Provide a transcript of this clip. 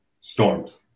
storms